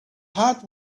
heart